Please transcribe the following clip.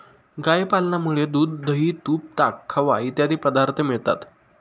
गाय पालनामुळे दूध, दही, तूप, ताक, खवा इत्यादी पदार्थ मिळतात